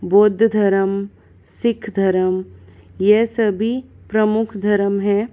बौद्ध धर्म सिख धर्म यह सभी प्रमुख धर्म हैं